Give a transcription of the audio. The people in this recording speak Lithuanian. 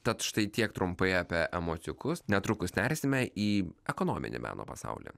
tad štai tiek trumpai apie emociukus netrukus nersime į ekonominį meno pasaulį